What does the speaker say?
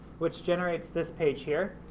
which generates this page here,